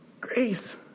Grace